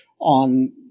on